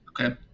Okay